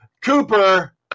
Cooper